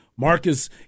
Marcus